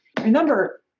remember